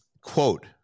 quote